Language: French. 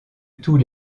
tous